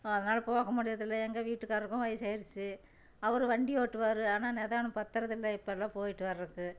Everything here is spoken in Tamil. அதனால் போக முடியறதுல்லை எங்கள் வீட்டுக்காரருக்கும் வயசாருச்சி அவர் வண்டி ஓட்டுவார் ஆனால் நிதானம் பத்தறதுல்லை இப்போல்லாம் போய்விட்டு வர்றதுக்கு